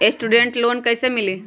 Student loan कैसे मिली?